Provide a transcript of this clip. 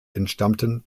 entstammten